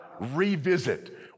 revisit